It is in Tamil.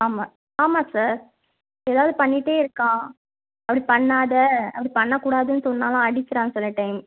ஆமாம் ஆமாம் சார் ஏதாவது பண்ணிகிட்டே இருக்கான் அப்படி பண்ணாதே அப்படி பண்ணக்கூடாதுன்னு சொன்னாலும் அடிக்கிறான் சில டைம்